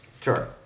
Sure